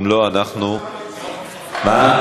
אם לא, אנחנו, מה?